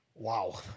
Wow